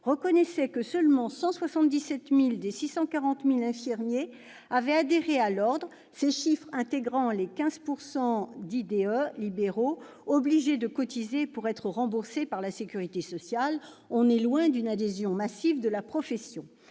reconnaissait que seulement 177 000 des 640 000 infirmiers avaient adhéré à l'Ordre, ces chiffres intégrant les 15 % d'infirmiers diplômés d'État libéraux obligés de cotiser pour être remboursés par la sécurité sociale ! On est loin d'une adhésion massive de la profession.